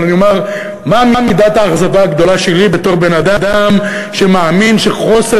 אבל אני אומר מה מידת האכזבה הגדולה שלי בתור בן-אדם שמאמין שחוסר